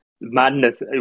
madness